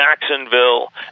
Jacksonville